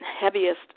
heaviest